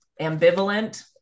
ambivalent